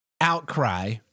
outcry